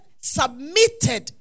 submitted